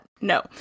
No